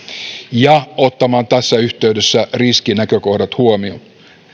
ja ottamaan tässä yhteydessä riskinäkökohdat huomioon